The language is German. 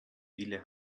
viele